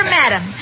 madam